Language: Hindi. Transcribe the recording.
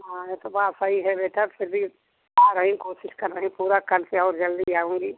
हाँ यह तो बात सही है बेटा फिर भी आ रहीं कोशीश कर रही पूरा कल से और जल्दी आऊँगी